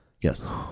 Yes